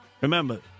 Remember